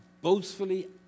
boastfully